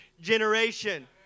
generation